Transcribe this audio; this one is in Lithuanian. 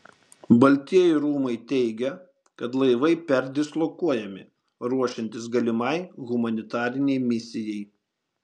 baltieji rūmai teigia kad laivai perdislokuojami ruošiantis galimai humanitarinei misijai